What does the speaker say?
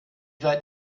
weit